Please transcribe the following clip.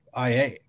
IA